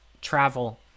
travel